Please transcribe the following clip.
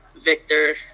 victor